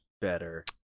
better